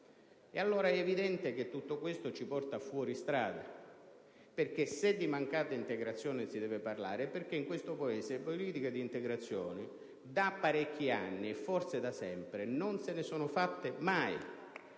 allora è evidente che tutto questo ci porta fuori strada. Infatti, se di mancata integrazione si deve parlare è perché in questo Paese politiche di integrazione, da parecchi anni, forse da sempre, non se ne sono fatte